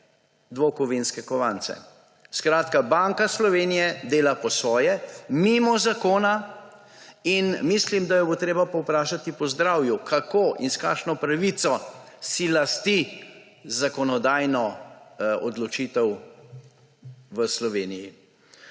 dvokovinske kovance. Banka Slovenije dela po svoje, mimo zakona in mislim, da jo bo treba povprašati po zdravju, kako in s kakšno pravico si lasti zakonodajno odločitev v Sloveniji.